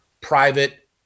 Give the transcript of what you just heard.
private